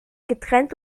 getrennt